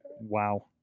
Wow